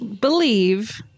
believe